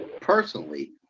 personally